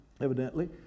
evidently